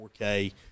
4K